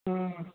हँ